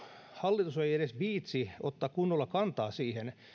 hallitus ei edes viitsi ottaa kunnolla kantaa siihen